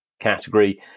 category